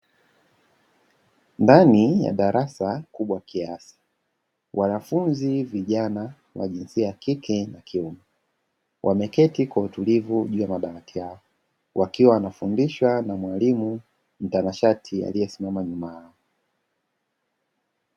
Ndani ya darasa kubwa kiasi wanafunzi vijana wa jinsia ya kike na kiume; wameketi kwa utulivu juu ya madawati yao, wakiwa wanafundishwa na walimu mtanashati aliyesimama nyuma yao.